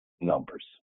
numbers